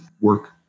work